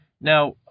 Now